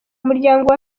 umuryango